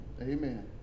Amen